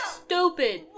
stupid